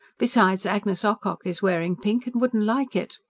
besides, agnes ocock is wearing pink and wouldn't like it.